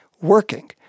working